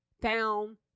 down